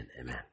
amen